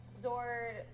Zord